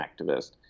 activist